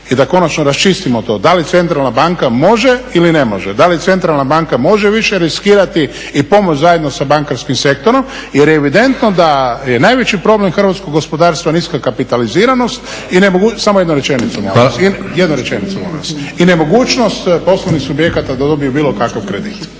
i da konačno raščistimo to da li centralna banka može ili ne može, da li centralna banka može više riskirati i pomoć zajedno sa bankarskim sektorom jer je evidentno da je najveći problem hrvatskog gospodarstva niska kapitaliziranost… **Leko, Josip (SDP)** Hvala lijepa. **Šuker,